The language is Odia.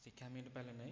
ଶିକ୍ଷା ମିଳିପାରିଲା ନାହିଁ